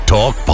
Talk